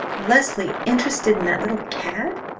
leslie interested in that little cad?